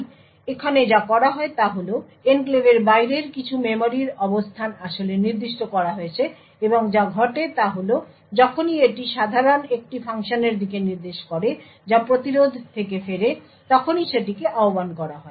তাই এখানে যা করা হয় তা হল এনক্লেভের বাইরের কিছু মেমরির অবস্থান আসলে নির্দিষ্ট করা হয়েছে এবং যা ঘটে তা হল যখনই এটি সাধারণ একটি ফাংশনের দিকে নির্দেশ করে যা প্রতিরোধ থেকে ফেরে তখনই সেটিকে আহ্বান করা হয়